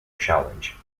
challenge